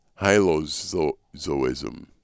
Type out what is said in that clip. hylozoism